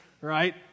right